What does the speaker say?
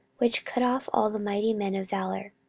which cut off all the mighty men of valour,